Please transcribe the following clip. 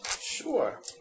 Sure